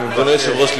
אדוני היושב-ראש,